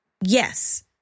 yes